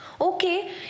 Okay